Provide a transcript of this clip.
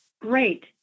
great